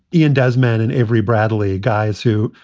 ian desmond and avery bradley guys who,